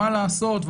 מה לעשות,